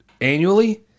annually